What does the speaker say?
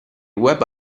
web